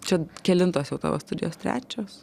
čia kelintos jau tavo studijos trečios